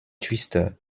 twister